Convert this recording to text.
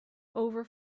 over